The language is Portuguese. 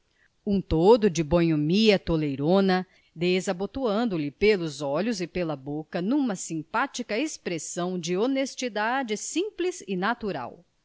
um todo de bonomia toleirona desabotoando lhe pelos olhos e pela boca numa simpática expressão de honestidade simples e natural